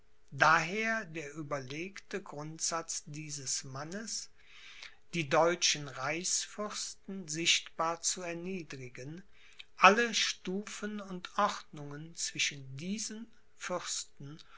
daher der überlegte grundsatz dieses mannes die deutschen reichsfürsten sichtbar zu erniedrigen alle stufen und ordnungen zwischen diesen fürsten